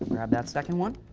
grab that second one.